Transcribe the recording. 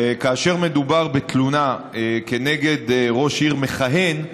וכאשר מדובר בתלונה כנגד ראש עיר מכהן,